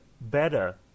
better